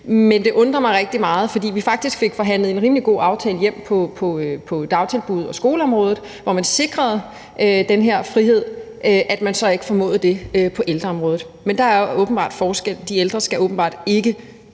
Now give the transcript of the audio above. Men det undrer mig rigtig meget, fordi vi faktisk fik forhandlet en rimelig god aftale hjem på dagtilbuds- og skoleområdet, hvor man sikrede den her frihed, at man så ikke formåede det på ældreområdet. Men der er åbenbart forskel. De ældre skal åbenbart ikke